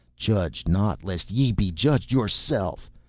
judge not lest ye be judged yourself!